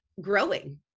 growing